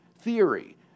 theory